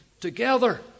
together